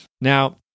Now